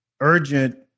urgent